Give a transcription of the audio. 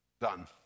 Done